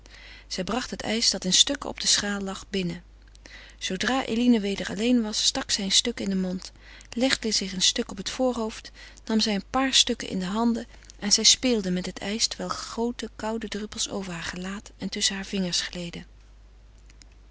zij bracht het ijs dat in stukken op de schaal lag binnen zoodra eline weder alleen was stak zij een stuk in den mond legde zich een stuk op het voorhoofd nam zij een paar stukken in de handen en zij speelde met het ijs terwijl groote koude druppels over heur gelaat en tusschen hare vingers gleden